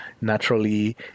naturally